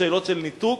בשאלות של ניתוק,